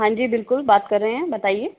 हाँ जी बिल्कुल बात कर रहे है बताइए